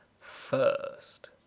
first